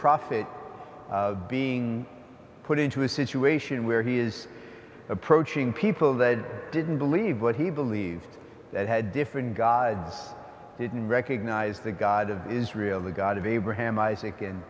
prophet being put into a situation where he is approaching people that didn't believe what he believed that had different gods didn't recognize the god of israel the god of abraham isaac and